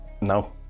No